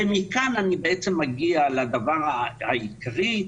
ומכאן אני מגיע לדבר העיקרי,